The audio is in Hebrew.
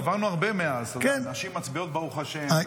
אז עברנו הרבה מאז, נשים מצביעות, ברוך השם.